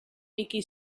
milky